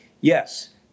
yes